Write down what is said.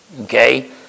okay